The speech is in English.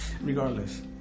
regardless